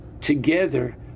together